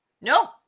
No